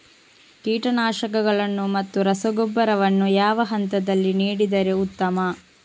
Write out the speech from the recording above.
ಕೀಟನಾಶಕಗಳನ್ನು ಮತ್ತು ರಸಗೊಬ್ಬರವನ್ನು ಯಾವ ಹಂತದಲ್ಲಿ ನೀಡಿದರೆ ಉತ್ತಮ?